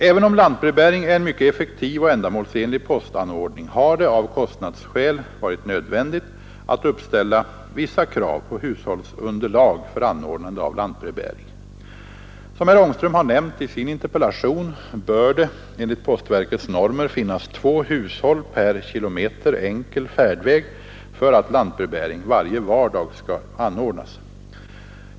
Även om lantbrevbäring är en mycket effektiv och ändamålsenlig postanordning har det av kostnadsskäl varit nödvändigt att uppställa vissa krav på hushållsunderlag för anordnande av lantbrevbäring. Som herr Ångström har nämnt i sin interpellation bör det enligt postverkets normer finnas två hushåll per kilometer enkel färdväg för att lantbrevbäring varje vardag skall anordnas.